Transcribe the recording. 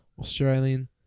australian